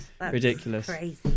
Ridiculous